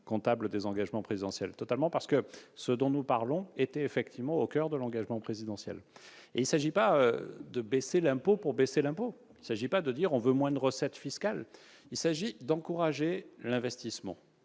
comptable des engagements présidentiels. Car ce dont nous parlons était effectivement au coeur de l'engagement présidentiel. Il ne s'agit pas de baisser l'impôt pour baisser l'impôt. Il ne s'agit pas de dire qu'on veut moins de recettes fiscales. Il s'agit d'encourager l'investissement